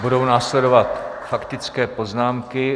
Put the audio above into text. Budou následovat faktické poznámky.